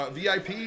VIP